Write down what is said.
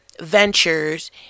ventures